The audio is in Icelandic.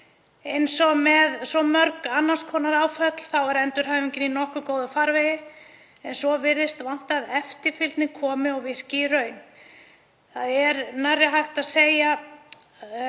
Eins og með svo mörg annars konar áföll er endurhæfingin í nokkuð góðum farvegi en svo virðist vanta að eftirfylgni virki í raun. Það er erfitt að setja